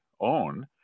own